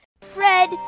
Fred